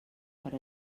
per